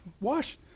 Wash